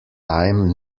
time